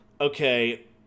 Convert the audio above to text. okay